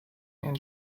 and